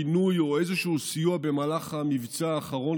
פינוי או איזשהו סיוע במהלך המבצע האחרון